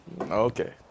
Okay